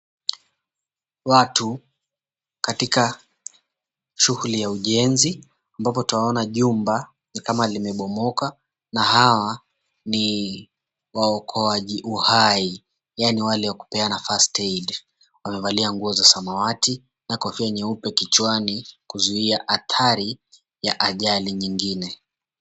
Watu, katika shughuli ya ujenzi ambapo twaona jumba ni kama limebomoka na hawa ni waokoaji uhai yaani wale wa kupeana first aid , wamevalia nguo za samawati na kofia nyeupe kichwani kuzuia athari ya ajali nyingine.